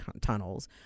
tunnels